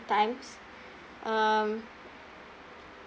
times um